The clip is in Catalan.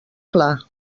clar